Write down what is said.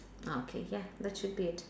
ah okay ya that should be it